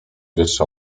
wyższa